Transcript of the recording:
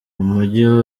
umujyi